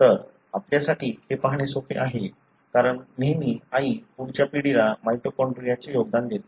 तर आपल्यासाठी हे पाहणे सोपे आहे कारण नेहमी आई पुढच्या पिढीला माइटोकॉन्ड्रियाचे योगदान देते